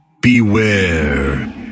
beware